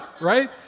right